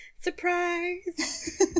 Surprise